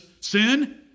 sin